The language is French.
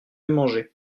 manger